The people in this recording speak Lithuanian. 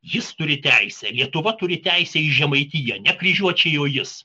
jis turi teisę lietuva turi teisę į žemaitiją ne kryžiuočiai o jis